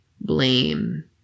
Blame